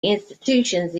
institutions